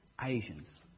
Asians